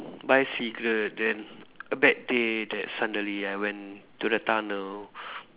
buy cigarette then a bad day that suddenly I went to the tunnel